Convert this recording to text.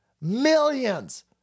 millions